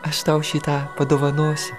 aš tau šį tą padovanosiu